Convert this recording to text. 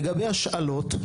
לגבי השאלות,